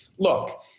Look